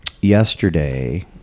yesterday